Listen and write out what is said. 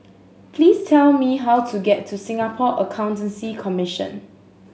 please tell me how to get to Singapore Accountancy Commission